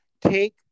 take